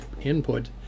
input